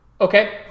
Okay